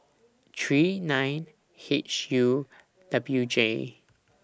three nine H U W J